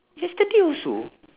yesterday also